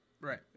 Right